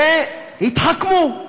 והתחכמו,